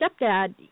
stepdad